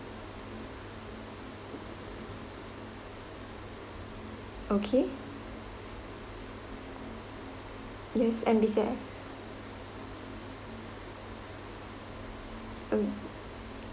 okay yes oh